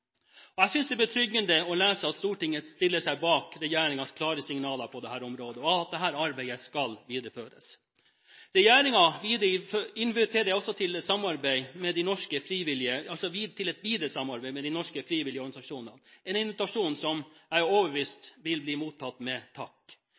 Jeg synes det er betryggende å lese at Stortinget stiller seg bak regjeringens klare signaler på dette området, og at dette arbeidet skal videreføres. Regjeringen inviterer også til videre samarbeid med de norske frivillige organisasjoner – en invitasjon jeg er overbevist om vil bli mottatt med takk. De